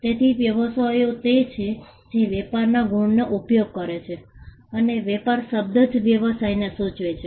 તેથી વ્યવસાયો તે છે જે વેપારના ગુણનો ઉપયોગ કરે છે અને વેપાર શબ્દ જ વ્યવસાયને સૂચવે છે